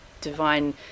divine